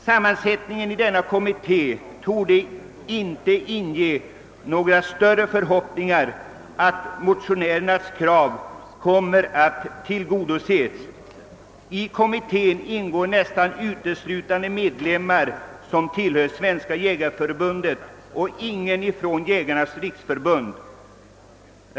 Sammansättningen av denna kommitté torde inte inge några större förhoppningar om att motionärernas krav kommer att tillgodoses. I kommittén ingår nästan uteslutande medlemmar som tillhör Svenska jägareförbundet och ingen ifrån Jägarnas riksförbund.